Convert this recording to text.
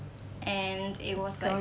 and it was like